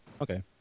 Okay